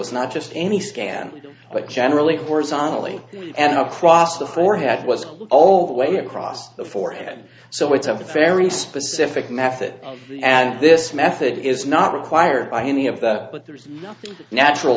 it's not just any scan but generally horizontally and the cross the floor had was all the way across the forehead so it's a very specific method and this method is not required by any of that